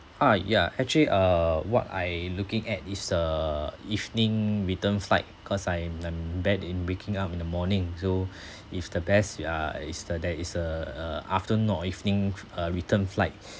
ah yeah actually uh what I looking at is uh evening return flight cause I am n~ bad in waking up in the morning so if the best uh is the there is a a afternoon or evening uh return flight